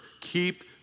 Keep